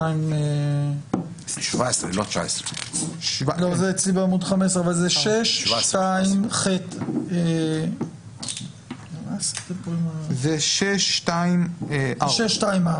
זה בעמוד 17. זה או 15 או 17. יש פה שתי גרסאות.